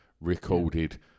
recorded